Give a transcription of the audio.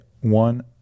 one